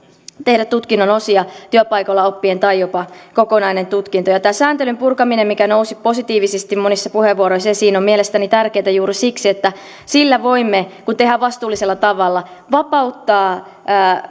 tehdä työpaikoilla oppien tutkinnon osia tai jopa kokonainen tutkinto ja tämä sääntelyn purkaminen mikä nousi positiivisesti monissa puheenvuoroissa esiin on mielestäni tärkeätä juuri siksi että sillä voimme kun se tehdään vastuullisella tavalla vapauttaa käyttöön